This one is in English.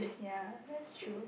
ya that's true